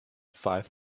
five